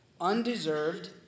undeserved